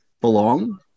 belong